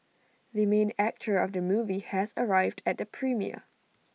the main actor of the movie has arrived at the premiere